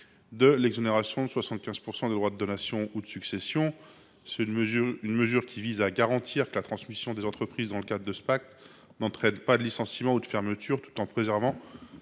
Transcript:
de l’exonération de 75 % des droits de donation ou de succession. Cette mesure vise à garantir que la transmission des entreprises dans le cadre de ce pacte n’entraîne pas de licenciements ou de fermeture, tout en préservant